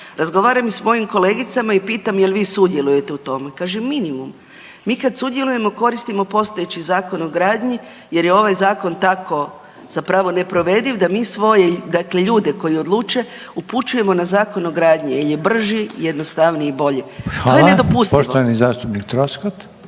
Razgovaram i s mojim kolegicama i pitam je li vi sudjelujete u tome, kaže minimum. Mi kad sudjelujemo, koristimo postojeći Zakon o gradnji jer je ovaj Zakon tako zapravo neprovediv da mi svoje, dakle ljude koji odluče upućujemo na Zakon o gradnji, jer je brži, jednostavniji i bolji. To je nedopustivo. **Reiner, Željko (HDZ)** Hvala. Poštovani zastupnik Troskot.